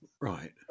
Right